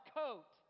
coat